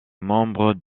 membres